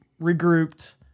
regrouped